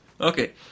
Okay